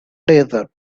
desert